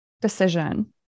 decision